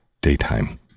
daytime